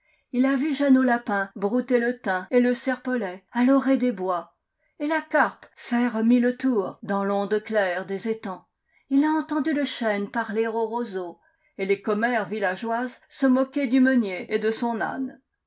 il a vu jeannot lapin brouter le thym et le serpolet à l'orée des bois et la carpe faire mille tours dans l'onde claire des étangs il a entendu le chêne parler au roseau et les commères villageoises se moquer du meunier et de son âne